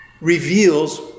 reveals